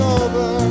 over